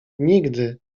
nigdy